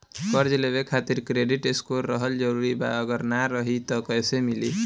कर्जा लेवे खातिर क्रेडिट स्कोर रहल जरूरी बा अगर ना रही त कैसे मिली?